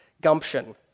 gumption